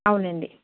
అవునండి